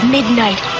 Midnight